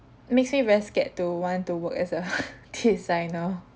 makes me very scared to want to work as a designer